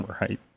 Right